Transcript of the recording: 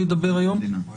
המשנה לפרקליט המדינה.